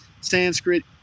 Sanskrit